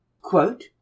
Quote